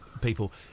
people